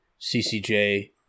CCJ